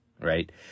right